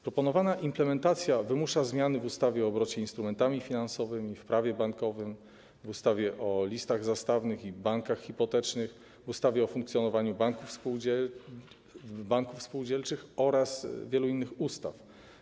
Proponowana implementacja wymusza zmiany w ustawie o obrocie instrumentami finansowymi, w Prawie bankowym, w ustawie o listach zastawnych i bankach hipotecznych, w ustawie o funkcjonowaniu banków spółdzielczych oraz w wielu innych ustawach.